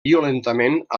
violentament